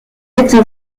mettent